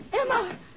Emma